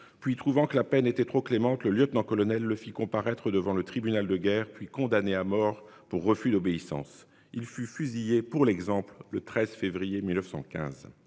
puis trouvant que la peine était trop clément que le lieutenant-colonel le fit comparaître devant le tribunal de guerre puis condamné à mort pour refus d'obéissance, il fut fusillé pour l'exemple. Le 13 février 1915.